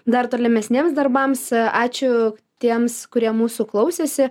dar tolimesniems darbams ačiū tiems kurie mūsų klausėsi